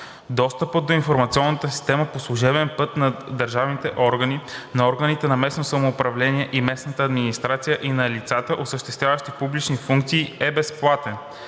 Достъпът до информационната система по служебен път на държавните органи, на органите на местното самоуправление и местната администрация и на лицата, осъществяващи публични функции, е безплатен.